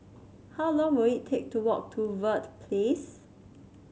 how long will it take to walk to Verde Place